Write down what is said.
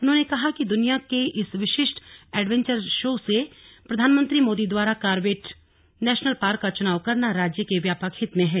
उन्होंने कहा कि दुनिया के इस विशिष्ट एडवेंचर शो के लिए प्रधानमंत्री मोदी द्वारा कॉर्बेट नेशनल पार्क का चुनाव करना राज्य के व्यापक हित में है